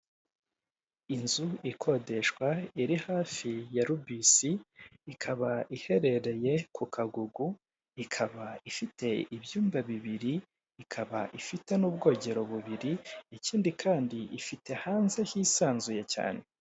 Inzu ikodeshwa iri hafi ya rubisi, ikaba iherereye ku kagugu, ikaba ifite ibyumba bibiri, ikaba ifite n'ubwogero bubiri ikindi kandi ifite hanze hisanzuye cyane.